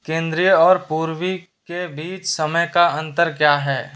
केंद्रीय और पूर्वी के बीच समय का अंतर क्या है